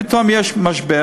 פתאום יש משבר?